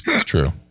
true